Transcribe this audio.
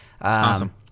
Awesome